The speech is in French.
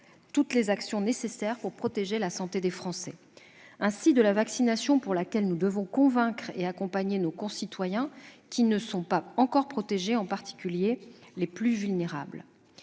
toutes les actions nécessaires pour protéger la santé des Français. Ainsi de la vaccination, pour laquelle nous devons convaincre et accompagner nos concitoyens qui ne sont pas encore protégés, en particulier les plus vulnérables.